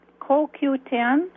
COQ10